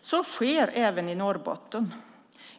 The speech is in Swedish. Så sker även i Norrbotten.